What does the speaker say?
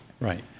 Right